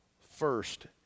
first